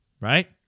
right